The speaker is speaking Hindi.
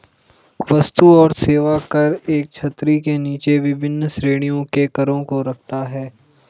वस्तु और सेवा कर एक छतरी के नीचे विभिन्न श्रेणियों के करों को रखता है